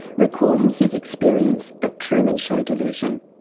recalling his experience of truman show delusion.